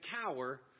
cower